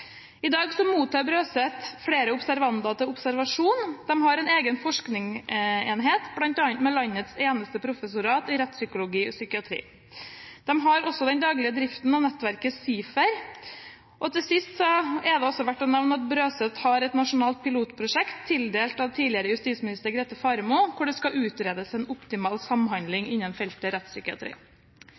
I dag mottar Brøset flere observander til observasjon, de har en egen forskningsenhet, bl.a. med landets eneste professorat i rettspsykologi og rettspsykiatri. De har også den daglige driften av nettverket SIFER. Til sist er det også verdt å nevne at Brøset har et nasjonalt pilotprosjekt, tildelt av tidligere justisminister Grete Faremo, hvor det skal utredes en optimal samhandling innen feltet